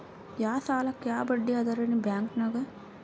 ಯಾ ಸಾಲಕ್ಕ ಯಾ ಬಡ್ಡಿ ಅದರಿ ನಿಮ್ಮ ಬ್ಯಾಂಕನಾಗ?